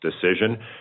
decision